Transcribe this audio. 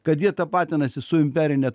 kad jie tapatinasi su imperine